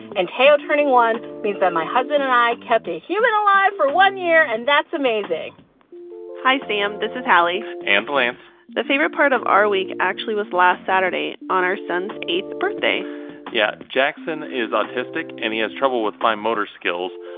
and teo turning one means that my husband and i kept a human alive for one year, and that's amazing hi, sam. this is hallie. and lance the favorite part of our week actually was last saturday on our son's eighth birthday yeah. jackson is autistic, and he has trouble with fine motor skills.